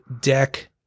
deck